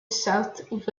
south